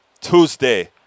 Tuesday